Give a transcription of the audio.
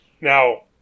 now